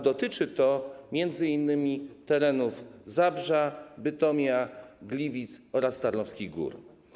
Dotyczy to m.in. terenów Zabrza, Bytomia, Gliwic oraz Tarnowskich Gór.